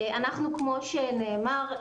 כמו שנאמר,